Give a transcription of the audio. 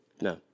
No